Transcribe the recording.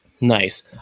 Nice